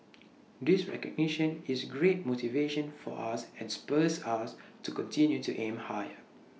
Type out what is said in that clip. this recognition is great motivation for us and spurs us to continue to aim higher